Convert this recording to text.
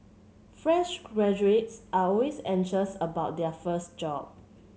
fresh graduates are always anxious about their first job